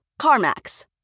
CarMax